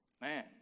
man